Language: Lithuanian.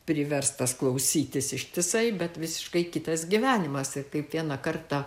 priverstas klausytis ištisai bet visiškai kitas gyvenimas ir kaip vieną kartą